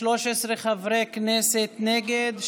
13 חברי כנסת נגד,